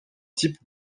types